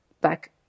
back